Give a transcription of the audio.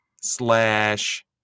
slash